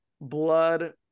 blood